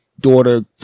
daughter